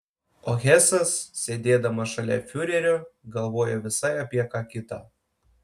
o hesas sėdėdamas šalia fiurerio galvojo visai apie ką kitą